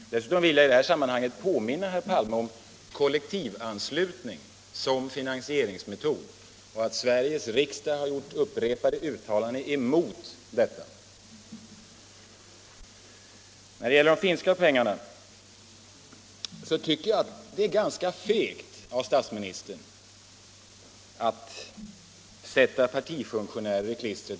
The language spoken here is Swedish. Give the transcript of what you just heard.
Dessutom vill jag påminna herr Palme om att Sveriges riksdag vid upprepade tillfällen har gjort uttalanden emot kollektivanslutning som finansieringsmetod. När det gäller de finska pengarna tycker jag att det är ganska fegt av statsministern att sätta partifunktionärer i klistret.